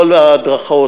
כל ההדרכות,